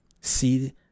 see